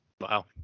Wow